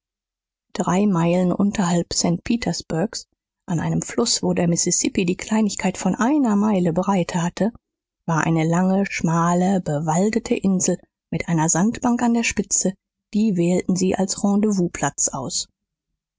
drei meilen unterhalb st petersburgs an einem fluß wo der mississippi die kleinigkeit von einer meile breite hatte war eine lange schmale bewaldete insel mit einer sandbank an der spitze die wählten sie als rendezvouzplatz aus